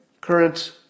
current